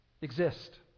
exist